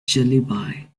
jellyby